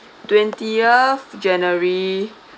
twentieth january